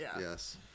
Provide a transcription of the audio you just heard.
Yes